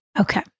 Okay